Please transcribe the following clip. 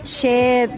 share